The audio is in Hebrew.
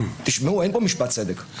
תשמעו, אין פה משפט צדק.